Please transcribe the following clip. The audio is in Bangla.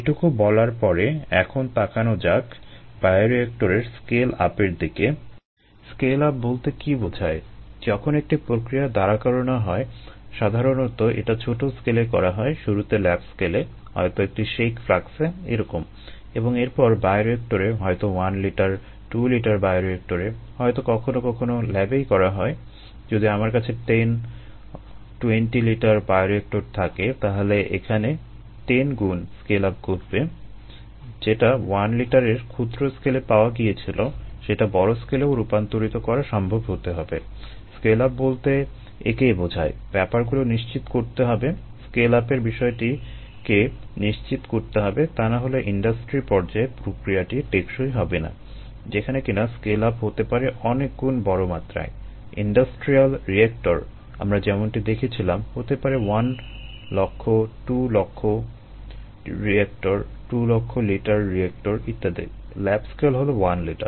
এটুকু বলার পরে এখন তাকানো যাক বায়োরিয়েক্টরের স্কেল আপ আমরা যেমনটি দেখেছিলাম হতে পারে 1 lakh 2 lakh reactor 2 lakh litre reactor ইত্যাদি ল্যাব স্কেল হলো 1 লিটার